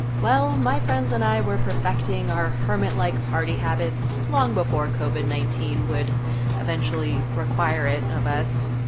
well, my friends and i were perfecting our hermit-like party habits long before covid nineteen would eventually require it of us.